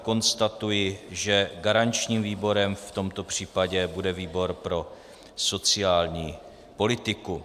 Konstatuji, že garančním výborem v tomto případě bude výbor pro sociální politiku.